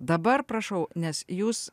dabar prašau nes jūs